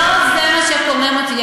לא זה מה שקומם אותי.